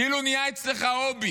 כאילו זה נהיה אצלך הובי.